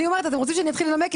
אתם רוצים שאני אתחיל לנמק?